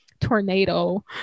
tornado